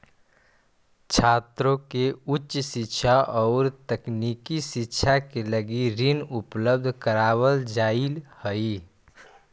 छात्रों के उच्च शिक्षा औउर तकनीकी शिक्षा के लगी ऋण उपलब्ध करावल जाऽ हई